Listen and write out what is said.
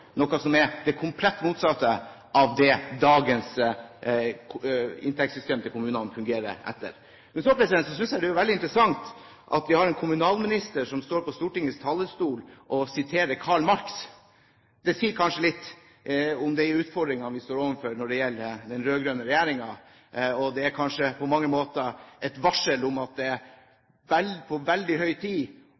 noe som er det komplett motsatte av hvordan dagens inntektssystem til kommunene fungerer. Så synes jeg det er veldig interessant at vi har en kommunalminister som står på Stortingets talerstol og siterer Karl Marx. Det sier kanskje litt om de utfordringene vi står overfor når det gjelder den rød-grønne regjeringen. Det er kanskje på mange måter et varsel om at det er på veldig høy tid